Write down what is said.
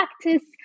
practice